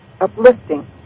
uplifting